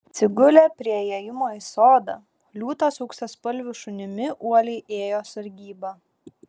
atsigulę prie įėjimo į sodą liūtas su auksaspalviu šunimi uoliai ėjo sargybą